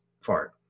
fart